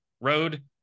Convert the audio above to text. road